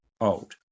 old